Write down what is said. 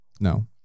No